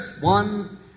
one